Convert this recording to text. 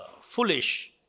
foolish